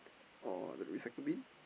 or the recycling bin